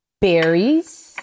berries